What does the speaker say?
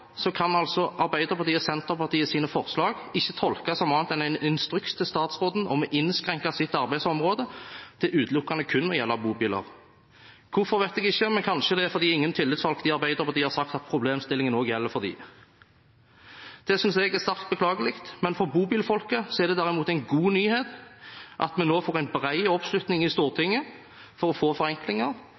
kan Arbeiderpartiet og Senterpartiets forslag ikke tolkes som annet enn en instruks til statsråden om å innskrenke sitt arbeidsområde til utelukkende å gjelde bobiler. Hvorfor vet jeg ikke, men kanskje det er fordi ingen tillitsvalgte i Arbeiderpartiet har sagt at problemstillingen også gjelder for dem. Det synes jeg er sterkt beklagelig, men for bobilfolket er det derimot en god nyhet at vi nå får en bred oppslutning i Stortinget om å få forenklinger,